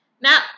Now